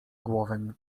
głowę